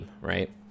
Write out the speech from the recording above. right